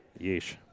Yeesh